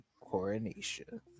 coronation